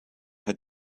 had